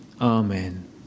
Amen